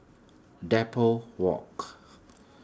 Depot Walk